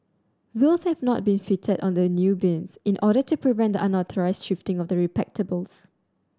wheels have not been fitted on the new bins in order to prevent the unauthorised shifting of the receptacles